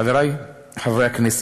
חברי חברי הכנסת,